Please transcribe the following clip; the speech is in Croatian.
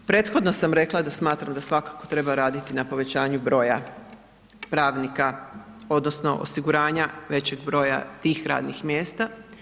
Prethodno sam rekla da smatram da svakako treba raditi na povećanju broja pravnika odnosno osiguranja većeg broja tih radnih mjesta.